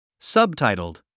Subtitled